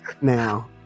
now